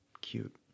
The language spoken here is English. cute